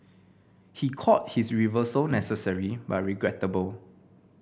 he called his reversal necessary but regrettable